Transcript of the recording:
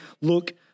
look